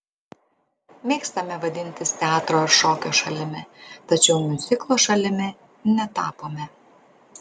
mėgstame vadintis teatro ar šokio šalimi tačiau miuziklo šalimi netapome